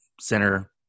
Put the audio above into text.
center